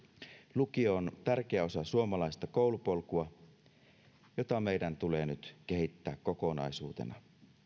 lukio on tärkeä osa suomalaista koulupolkua jota meidän tulee nyt kehittää kokonaisuutena